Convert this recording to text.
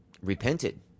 repented